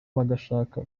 bagashaka